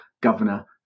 governor